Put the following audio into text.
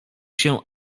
się